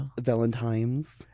Valentine's